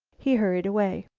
he hurried away.